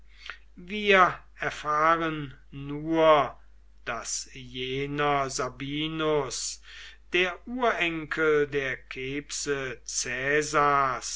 wir erfahren nur daß jener sabinus der urenkel der kebse